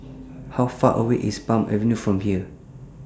How Far away IS Palm Avenue from here